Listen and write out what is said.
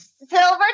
silver